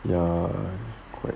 ya quite